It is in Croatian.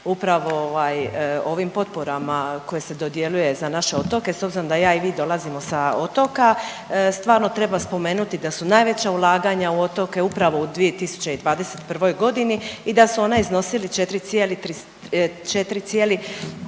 ovaj o ovim potporama koje se dodjeljuje za naše otoke s obzirom da ja i vi dolazimo sa otoka. Stvarno treba spomenuti da su najveća ulaganja u otoke upravo u 2021. godini i da su ona iznosili 4,3,